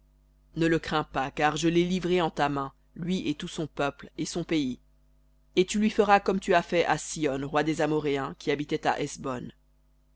ne le crains pas car je l'ai livré en ta main lui et tout son peuple et son pays et tu lui feras comme tu as fait à sihon roi des amoréens qui habitait à